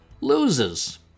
loses